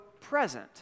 present